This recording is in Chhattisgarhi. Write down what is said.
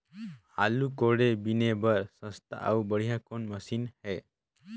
आलू कोड़े बीने बर सस्ता अउ बढ़िया कौन मशीन हे?